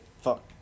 Fuck